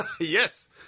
Yes